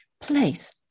Place